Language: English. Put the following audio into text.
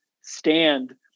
stand